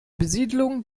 besiedelung